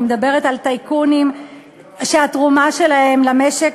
אני מדבר על טייקונים שהתרומה שלהם למשק,